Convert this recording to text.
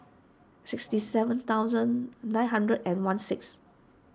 sixty seven thousand nine hundred and one six